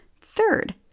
Third